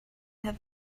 have